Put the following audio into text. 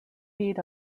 feed